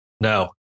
No